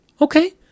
Okay